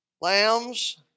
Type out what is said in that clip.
Lambs